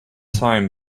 time